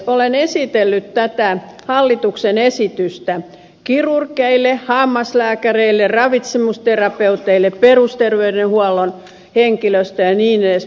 olen esitellyt tätä hallituksen esitystä kirurgeille hammaslääkäreille ravitsemusterapeuteille perusterveydenhuollon henkilöstölle ja niin edelleen